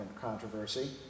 Controversy